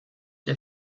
der